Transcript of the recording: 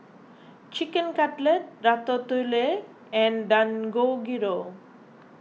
Chicken Cutlet Ratatouille and Dangojiru